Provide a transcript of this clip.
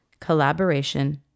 collaboration